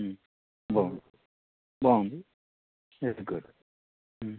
బాగుంది బాగుంది very good